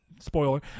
spoiler